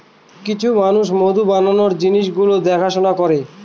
কিছু মানুষ মধু বানানোর জিনিস গুলো দেখাশোনা করে